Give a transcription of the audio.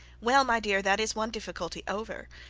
well, my dear, that is one difficulty over.